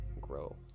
Grow